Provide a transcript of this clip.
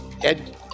ed